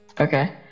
Okay